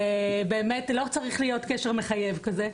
ובאמת לא צריך להיות קשר מחייב כזה.